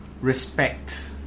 Respect